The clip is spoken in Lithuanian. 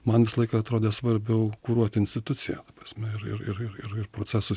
man visą laiką atrodė svarbiau kuruoti instituciją ta prasme ir ir ir procesus